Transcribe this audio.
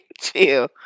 Chill